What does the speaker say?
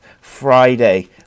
Friday